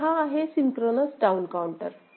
तर हा आहे सिंक्रोनस डाउन काउंटर